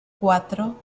cuatro